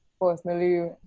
personally